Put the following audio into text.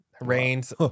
rains